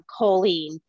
choline